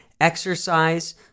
exercise